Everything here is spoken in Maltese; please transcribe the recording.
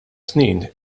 snin